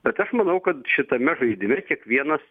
bet aš manau kad šitame žaidime kiekvienas